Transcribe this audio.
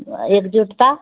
एकजुटता